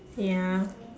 ya